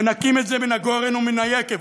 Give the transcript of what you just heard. מנקים את זה מן הגורן ומן היקב.